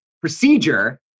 procedure